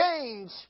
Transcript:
change